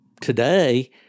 today